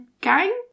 Gang